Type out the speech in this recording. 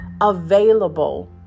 available